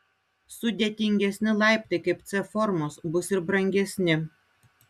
sudėtingesni laiptai kaip c formos bus ir brangesni